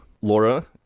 Laura